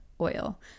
oil